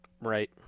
right